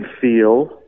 feel